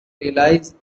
realize